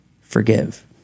Forgive